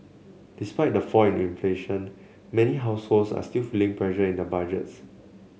despite the fall in inflation many households are still feeling pressure in the budgets